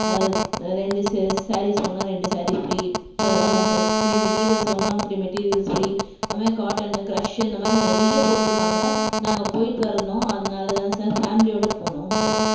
ரெண்டு சேஸ் ஸாரிஸ் வாங்கினா ரெண்டு ஸாரி ஃப்ரீ ஆமாம் சார் த்ரீ மெட்டிரியல் வாங்கினால் த்ரீ மெட்டிரியல் ஃப்ரீ அதைமாரி காட்டன் க்ரஷ்ஷு இந்தமாதிரி நிறைய போட்டிருக்காங்க நாங்கள் போயிட்டு வரணும் அதனால் தான் சார் ஃபேமிலியோடு போகணும் சார்